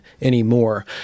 anymore